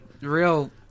Real